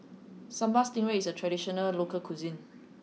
sambal stingray is a traditional local cuisine